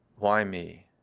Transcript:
why me?